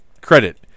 credit